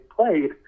played